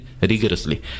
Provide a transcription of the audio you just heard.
Rigorously